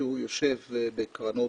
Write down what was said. שיושב בקרנות